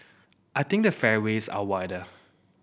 I think the fairways are wider